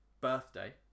Birthday